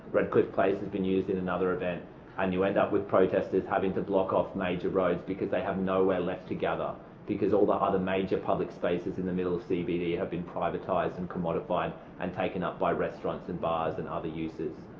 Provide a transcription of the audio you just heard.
redcliffe place has been used in another events and you end up with protestors having to block off major roads because they have nowhere left to gather because all the other major public spaces in the middle of the cbd have been privatised and commodified and taken up by restaurants and bars and other uses.